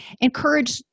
Encourage